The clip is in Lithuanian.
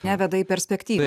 neveda į perspektyvą